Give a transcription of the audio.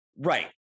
Right